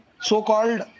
so-called